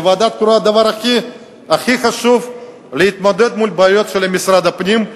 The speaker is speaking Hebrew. לוועדה הקרואה הדבר הכי חשוב זה להתמודד מול הבעיות של משרד הפנים,